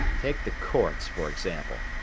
take the courts, for example.